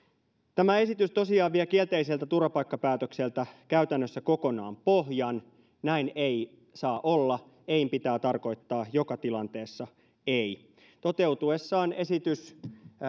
tämä esitys tosiaan vie kielteiseltä turvapaikkapäätökseltä käytännössä kokonaan pohjan näin ei saa olla ein pitää tarkoittaa joka tilanteessa ei toteutuessaan esitys